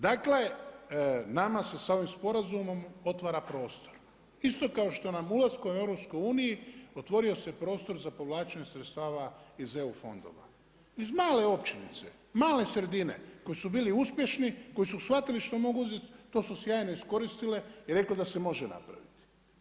Dakle, nama se sa ovim sporazumom otvara prostor isto kao što nam ulaskom u EU otvorio se prostor za povlačenje sredstava iz EU fondova iz male općinice, male sredine koji su bili uspješni, koji su shvatili što mogu uzeti to su sjajno iskoristile i rekle da se može napraviti.